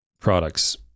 products